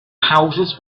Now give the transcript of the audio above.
houses